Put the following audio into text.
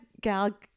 Gal